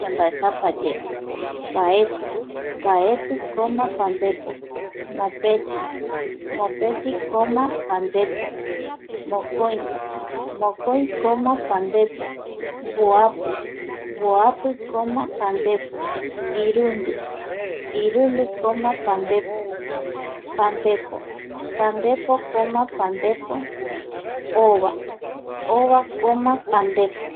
Yambaepapaye mbaeti, mbaeti coma, pandepo, mopeti, mopeti coma, pandepo, mokoi, mokoi coma pandepo, mboapi, mboapi coma pandepo, irundi, irundi coma pandepo, pandepo, pandepo coma pandepo, ova, ova coma pandepo,